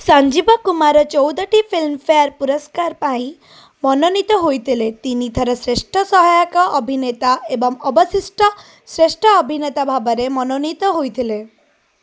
ସଞ୍ଜୀବ କୁମାର ଚଉଦଟି ଫିଲ୍ମ୍ଫେୟାର୍ ପୁରସ୍କାର ପାଇଁ ମନୋନୀତ ହୋଇଥିଲେ ତିନିଥର ଶ୍ରେଷ୍ଠ ସହାୟକ ଅଭିନେତା ଏବଂ ଅବଶିଷ୍ଟ ଶ୍ରେଷ୍ଠ ଅଭିନେତା ଭାବରେ ମନୋନୀତ ହୋଇଥିଲେ